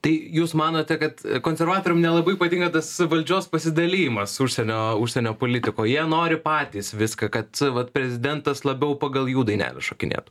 tai jūs manote kad konservatoriam nelabai patinka tas valdžios pasidalijimas užsienio užsienio politikoje jie nori patys viską kad vat prezidentas labiau pagal jų dainelę šokinėtų